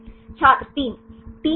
छात्र 3 तीन सही